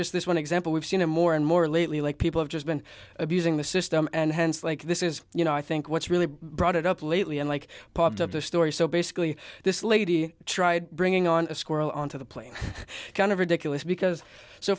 just this one example we've seen in more and more lately like people have just been abusing the system and hence like this is you know i think what's really brought it up lately and like popped up the story so basically this lady tried bringing on a squirrel on to the plane kind of ridiculous because so